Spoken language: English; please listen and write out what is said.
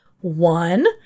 One